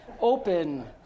open